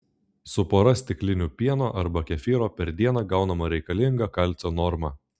su pora stiklinių pieno arba kefyro per dieną gaunama reikalinga kalcio norma